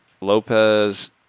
Lopez